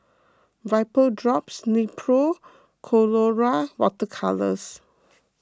Vapodrops Nepro Colora Water Colours